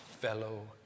fellow